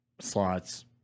slots